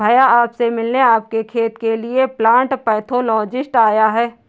भैया आप से मिलने आपके खेत के लिए प्लांट पैथोलॉजिस्ट आया है